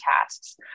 tasks